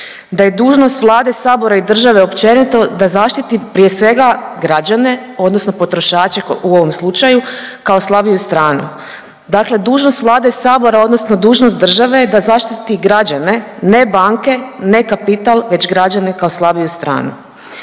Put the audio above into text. da je dužnost Vlade, sabora i države općenito da zaštiti prije svega građane odnosno potrošače u ovom slučaju kao slabiju stranu, dakle dužnost Vlade i sabora odnosno dužnost države je da zaštiti građane, ne banke, ne kapital, već građane kao slabiju stranu.